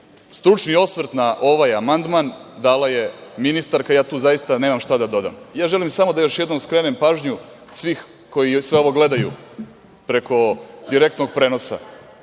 SNS.Stručni osvrt na ovaj amandman dala je ministarka i tu zaista nemam šta da dodam. Želim samo da još jednom skrenem pažnju svih koji sve ovo gledaju preko direktnog prenosa,